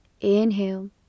inhale